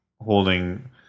holding